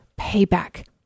payback